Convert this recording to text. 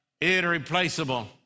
irreplaceable